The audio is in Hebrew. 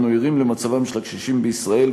אנו ערים למצבם של הקשישים בישראל,